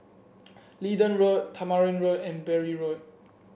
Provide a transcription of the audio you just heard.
Leedon Road Tamarind Road and Bury Road